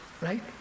right